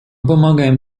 помогаем